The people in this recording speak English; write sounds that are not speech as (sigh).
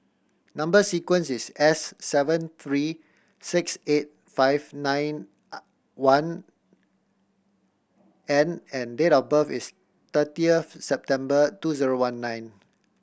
number sequence is S seven three six eight five nine (unintelligible) one N and date of birth is thirtieth September two zero one nine